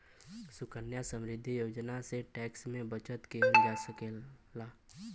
सुकन्या समृद्धि योजना से टैक्स में बचत किहल जा सकला